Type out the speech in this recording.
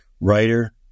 writer